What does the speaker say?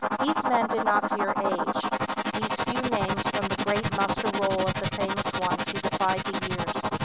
these men did not fear age these few names from the great muster-roll of the famous ones who defied the years,